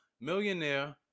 millionaire